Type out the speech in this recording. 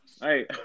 Hey